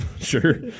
sure